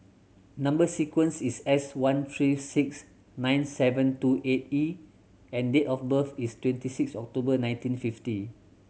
number sequence is S one three six nine seven two eight E and date of birth is twenty six October nineteen fifty